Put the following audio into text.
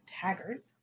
taggart